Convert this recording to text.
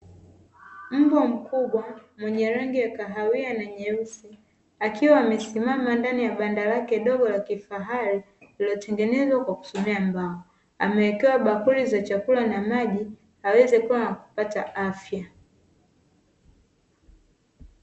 Mbwa mkubwa mwenye rangi ya kahawia na nyeusi akiwa amesimama ndani ya banda lake dogo la kifahari, lililotengenezwa kwa kutumia mbao, amewekewa bakuli za chakula na maji aweze kukua na kupata afya.